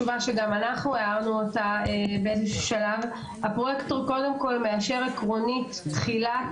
הנושא הוא רוויזיה על הצעת תקנות הבטיחות במקומות ציבוריים